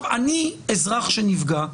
אני אזרח שנפגע,